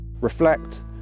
Reflect